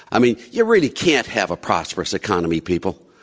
i mean you really can't have a prosperous economy, people.